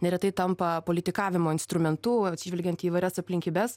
neretai tampa politikavimo instrumentu atsižvelgiant į įvairias aplinkybes